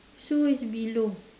sue is below